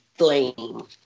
Flame